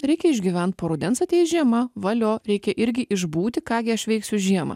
reikia išgyvent po rudens ateis žiema valio reikia irgi išbūti ką gi aš veiksiu žiemą